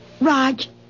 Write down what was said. Raj